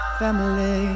family